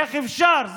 איך אפשר?